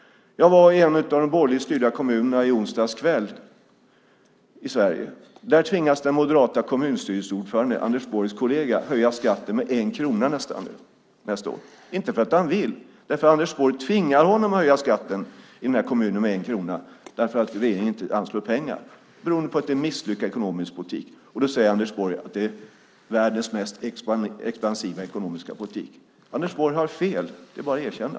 Jag var i en av de borgerligt styrda kommunerna i Sverige i onsdags kväll. Där tvingas den moderata kommunstyrelsens ordförande, Anders Borgs kollega, höja skatten med 1 krona nästa år - inte för att han vill men för att Anders Borg tvingar honom att höja skatten i denna kommun eftersom regeringen inte anslår pengar, beroende på en misslyckad ekonomisk politik. Ändå säger Anders Borg att detta är världens mest expansiva ekonomiska politik. Anders Borg har fel - det är bara att erkänna.